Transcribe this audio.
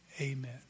amen